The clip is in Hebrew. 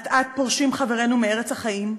"אט-אט פורשים חברינו מארץ החיים,